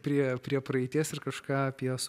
prie prie praeities ir kažką apie juos